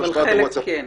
אבל חלק כן.